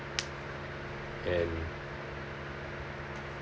can